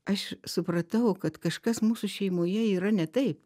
aš supratau kad kažkas mūsų šeimoje yra ne taip